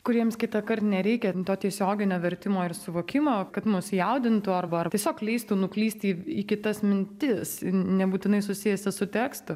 kuriems kitąkart nereikia to tiesioginio vertimo ir suvokimo kad mus jaudintų arba ar tiesiog leistų nuklysti į kitas mintis nebūtinai susijusias su tekstu